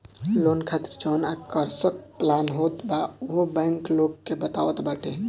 loan खातिर जवन आकर्षक प्लान होत बा उहो बैंक लोग के बतावत बाटे